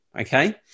okay